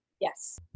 Yes